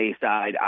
side